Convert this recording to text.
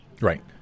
right